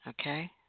okay